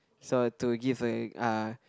so to give a uh